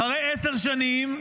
אחרי עשר שנים,